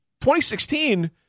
2016